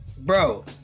Bro